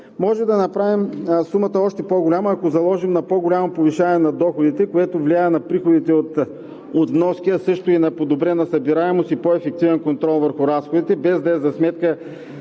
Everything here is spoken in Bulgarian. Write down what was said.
Можем да направим сумата още по-голяма, ако заложим на по-голямо повишаване на доходите, което влияе на приходите от вноски, а също и на подобрена събираемост и по-ефективен контрол върху разходите, без да е за сметка